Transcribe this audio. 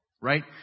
right